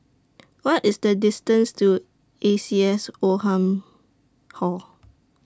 What IS The distance to A C S Oldham Hall